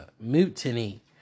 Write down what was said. mutiny